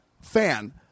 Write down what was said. fan